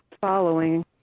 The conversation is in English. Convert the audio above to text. following